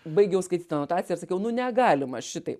baigiau skaityt anotaciją ir sakiau nu negalima šitaip